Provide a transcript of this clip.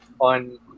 on